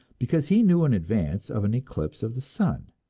because he knew in advance of an eclipse of the sun.